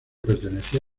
perteneció